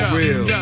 real